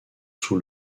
sous